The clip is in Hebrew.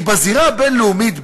בזירה הבין-לאומית,